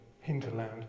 hinterland